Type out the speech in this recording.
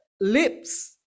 lips